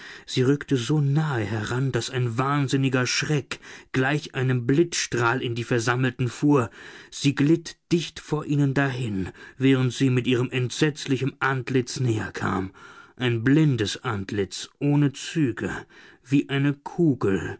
sie rückte so nahe heran daß ein wahnsinniger schreck gleich einem blitzstrahl in die versammelten fuhr sie glitt dicht vor ihnen dahin während sie mit ihrem entsetzlichen antlitz näher kam ein blindes antlitz ohne züge wie eine kugel